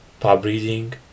pubreading